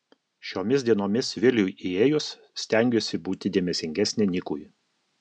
šiomis dienomis viliui įėjus stengiuosi būti dėmesingesnė nikui